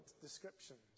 descriptions